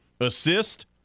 Assist